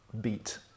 beat